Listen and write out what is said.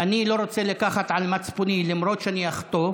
אני לא רוצה לקחת על מצפוני, למרות שאני אחטוף,